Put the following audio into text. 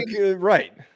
right